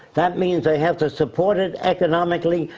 that means, they have to support it economically,